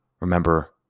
Remember